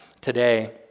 today